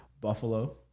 Buffalo